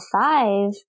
five